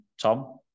Tom